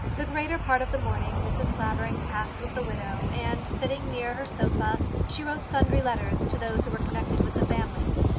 the greater part of the morning mrs. clavering passed with the widow, and sitting near her sofa she wrote sundry letters to those who were connected with the family.